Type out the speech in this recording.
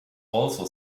also